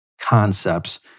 concepts